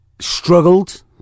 struggled